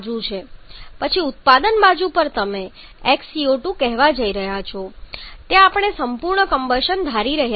પછી ઉત્પાદન બાજુ પર તમે x CO2 કહેવા જઈ રહ્યા છો તે આપણે સંપૂર્ણ કમ્બશન ધારી રહ્યા છીએ